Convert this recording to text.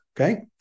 Okay